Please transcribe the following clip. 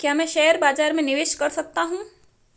क्या मैं शेयर बाज़ार में निवेश कर सकता हूँ?